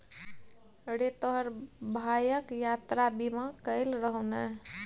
रे तोहर भायक यात्रा बीमा कएल रहौ ने?